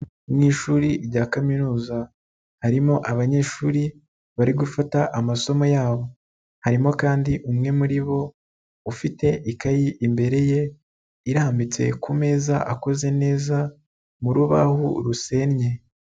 Mu ishuri rya kaminuza harimo abanyeshuri bari gufata amasomo yabo, harimo kandi umwe muri bo ufite ikayi imbere ye, irambitse ku meza akoze neza mu rubaho rusennye.